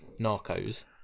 Narcos